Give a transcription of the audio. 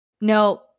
No